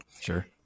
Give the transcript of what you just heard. Sure